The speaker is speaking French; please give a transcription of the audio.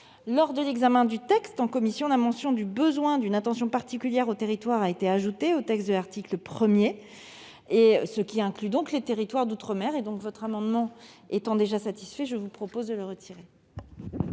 Lors de l'examen du texte en commission, la mention du besoin d'une attention particulière aux territoires a été ajoutée au texte de l'article 1, ce qui inclut les territoires d'outre-mer. L'amendement étant satisfait, je vous propose de le retirer,